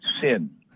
sin